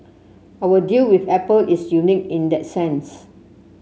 our deal with Apple is unique in that sense